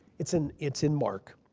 it's in it's in mark.